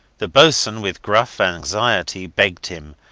the boatswain, with gruff anxiety, begged him,